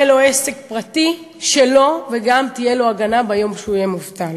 יהיה לו עסק פרטי שלו וגם תהיה לו הגנה ביום שהוא יהיה מובטל.